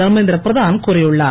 தர்மேந்திர பிரதான் கூறியுள்ளார்